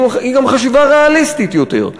היא גם חשיבה ריאליסטית יותר,